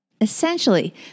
Essentially